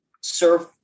surf